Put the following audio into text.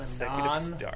Non